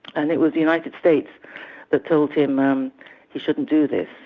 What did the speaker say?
and it was the united states that told him um he shouldn't do this,